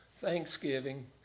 Thanksgiving